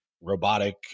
robotic